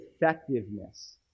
effectiveness